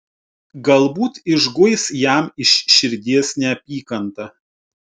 galbūt išguis jam iš širdies neapykantą